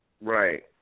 Right